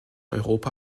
europa